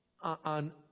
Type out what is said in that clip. on